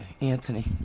Anthony